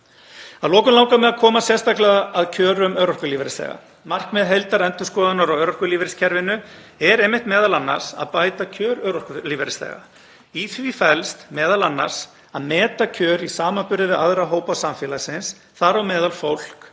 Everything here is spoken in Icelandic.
Að lokum langar mig að koma sérstaklega að kjörum örorkulífeyrisþega. Markmið heildarendurskoðunar á örorkulífeyriskerfinu er einmitt m.a. að bæta kjör örorkulífeyrisþega. Í því felst m.a. að meta kjör í samanburði við aðra hópa samfélagsins, þar á meðal fólk